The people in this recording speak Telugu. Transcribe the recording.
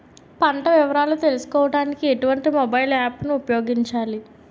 పంట వివరాలు తెలుసుకోడానికి ఎటువంటి మొబైల్ యాప్ ను ఉపయోగించాలి?